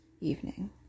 evening